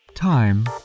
Time